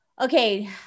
Okay